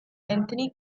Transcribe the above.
anthony